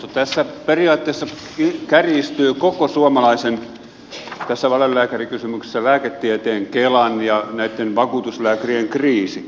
tässä valelääkärikysymyksessä periaatteessa kärjistyy koko suomalaisen lääketieteen kelan ja näitten vakuutuslääkärien kriisi